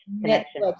Connection